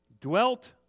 Dwelt